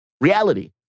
reality